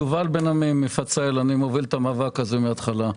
אני מפצאל, אני מוביל את המאבק הזה מן ההתחלה.